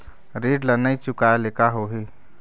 ऋण ला नई चुकाए ले का होही?